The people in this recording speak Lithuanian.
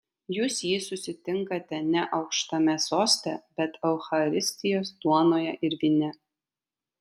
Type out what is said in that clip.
jūs jį susitinkate ne aukštame soste bet eucharistijos duonoje ir vyne